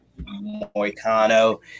Moicano